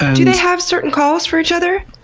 do they have certain calls for each other?